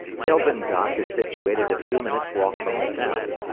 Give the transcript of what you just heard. kelvin dock is situated a few minutes' walk from the town,